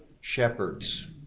shepherds